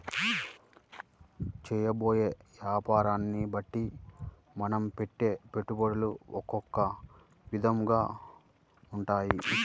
చేయబోయే యాపారాన్ని బట్టే మనం పెట్టే పెట్టుబడులు ఒకొక్క విధంగా ఉంటాయి